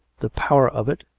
the power of it,